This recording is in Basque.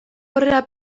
aurrera